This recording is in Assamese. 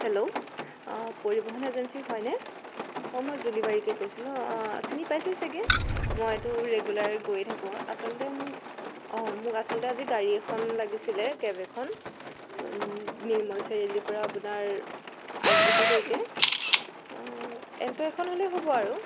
হেল্ল' অ' পৰিবহণ এজেঞ্চি হয়নে অ' মই জুলি বাৰিকে কৈছিলো চিনি পাইছে চাগে মইতো ৰেগুলাৰ গৈয়ে থাকো আচলতে মোৰ অ' মোক আচলতে আজি গাড়ী এখন লাগিছিলে কেব এখন নিৰ্মল চাৰিআলিৰ পৰা আপোনাৰ আই এছ বি টিলৈকে এলট' এখন হ'লেই হ'ব আৰু